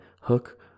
hook